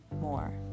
more